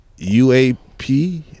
UAP